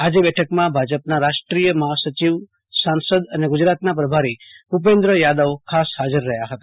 આજે બેઠકમાં ભાજપના રાષ્ટોય મહાર્સાચવ સાંસદ અને ગુજરાતના પ્રભારી શ્રી ભુપેન્દ્ર યાદવ ખાસ હાજર રહયા હતા